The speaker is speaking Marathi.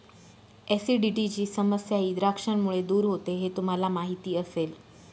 ऍसिडिटीची समस्याही द्राक्षांमुळे दूर होते हे तुम्हाला माहिती असेल